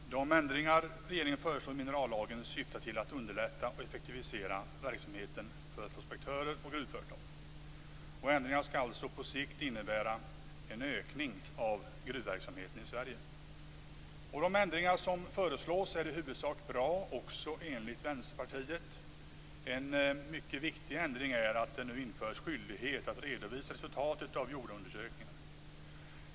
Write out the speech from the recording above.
Fru talman! De ändringar som regeringen föreslår i minerallagen syftar till att underlätta och effektivisera verksamheten för prospektörer och gruvföretag. Ändringarna skall alltså på sikt innebära en ökning av gruvverksamheten i Sverige. De ändringar som föreslås är i huvudsak bra också enligt Vänsterpartiet. En mycket viktig ändring är att det nu införs skyldighet att redovisa resultatet av jordundersökningar.